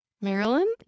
Maryland